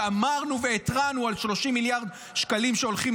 שאמרנו והתרענו על 30 מיליארד שקלים שהולכים